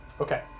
Okay